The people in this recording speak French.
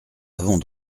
avons